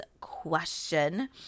question